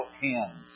hands